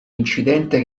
incidente